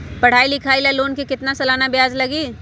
पढाई लिखाई ला लोन के कितना सालाना ब्याज लगी?